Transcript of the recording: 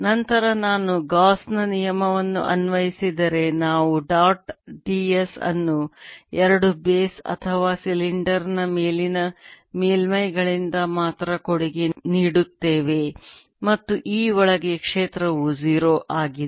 ನಂತರ ನಾನು ಗಾಸ್ ನ ನಿಯಮವನ್ನು ಅನ್ವಯಿಸಿದರೆ ನಾವು ಡಾಟ್ ds ಅನ್ನು ಎರಡು ಬೇಸ್ ಅಥವಾ ಸಿಲಿಂಡರ್ ನ ಮೇಲಿನ ಮೇಲ್ಮೈಗಳಿಂದ ಮಾತ್ರ ಕೊಡುಗೆ ನೀಡುತ್ತೇವೆ ಮತ್ತು E ಒಳಗೆ ಕ್ಷೇತ್ರವು 0 ಆಗಿದೆ